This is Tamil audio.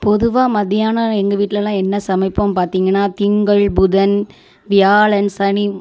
பொதுவாக மத்தியானம் எங்கள் வீட்லலாம் என்ன சமைப்போம் பார்த்தீங்கன்னா திங்கள் புதன் வியாழன் சனி